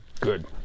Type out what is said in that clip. Good